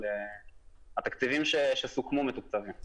התקציבים שסוכמו מתוקצבים.